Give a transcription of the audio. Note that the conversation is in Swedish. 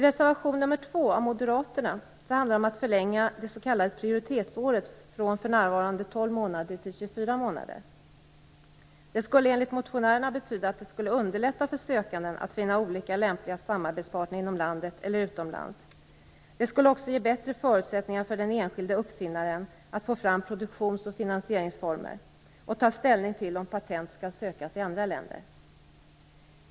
Reservation nr 2 från Moderaterna handlar om att förlänga det s.k. prioritetsåret från för närvarande 12 månader till 24 månader. Det skulle enligt motionärerna underlätta för sökanden att finna olika lämpliga samarbetspartner inom landet eller utomlands. Det skulle också ge bättre förutsättningar för den enskilde uppfinnaren att få fram produktions och finansieringsformer och ta ställning till om patent skall sökas i andra länder.